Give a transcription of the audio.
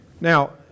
Now